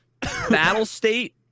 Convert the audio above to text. Battlestate